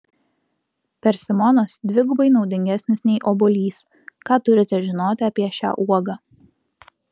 persimonas dvigubai naudingesnis nei obuolys ką turite žinoti apie šią uogą